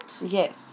Yes